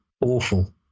awful